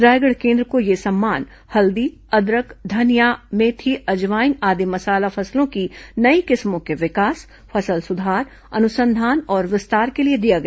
रायगढ़ केन्द्र को यह सम्मान हल्दी अदरक धनिया मेथी अजवाइन आदि मसाला फसलों की नई किस्मों के विकास फसल सुधार अनुसंधान और विस्तार के लिए दिया गया